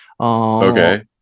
Okay